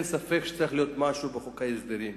אין ספק שצריך להיות משהו בחוק ההסדרים.